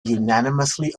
unanimously